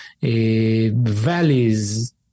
valleys